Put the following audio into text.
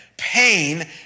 Pain